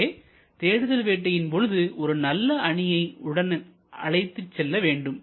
எனவே தேடுதல் வேட்டையின் பொழுது ஒரு நல்ல அணியை உடன் அழைத்து செல்ல வேண்டும்